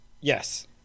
Yes